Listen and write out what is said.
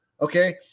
okay